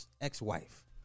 ex-wife